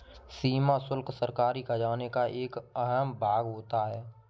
सीमा शुल्क सरकारी खजाने का एक अहम भाग होता है